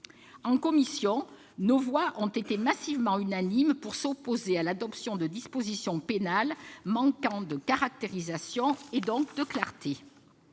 En commission, nos voix ont été à l'unisson pour s'opposer à l'adoption de dispositions pénales manquant de caractérisation, donc de clarté.